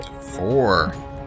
Four